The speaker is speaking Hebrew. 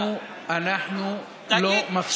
אנחנו לא מפסיקים,